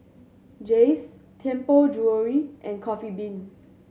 Jays Tianpo Jewellery and Coffee Bean